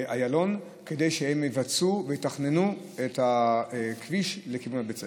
איילון כדי שהם יבצעו ויתכננו את הכביש לכיוון בית הספר.